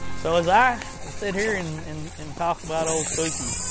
so as i sit here and and and talk about old spooky,